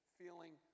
feeling